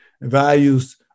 values